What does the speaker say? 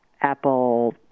apple